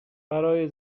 برای